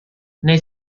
nel